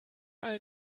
all